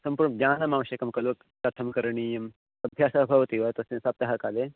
सम्पूर्णं ज्ञानम् आवश्यकं खलु कथं करणीयम् अभ्यासः भवति वा तस्मिन् सप्ताहकाले